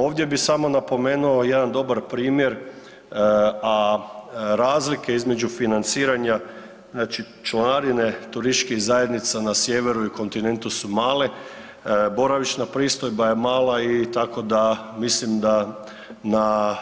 Ovdje bi samo napomenuo jedan dobar primjer, a razlike između financiranja znači članarine turističkih zajednica na sjeveru i kontinentu su male, boravišna pristojba je mala i tako da, mislim da na